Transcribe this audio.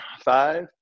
Five